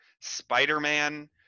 Spider-Man